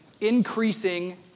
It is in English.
increasing